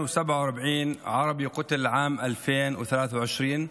247 ערבים נרצחו בשנת 2023,